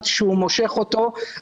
גם אם הוא יחסוך 40 שנה,